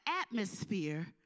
atmosphere